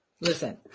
Listen